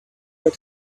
let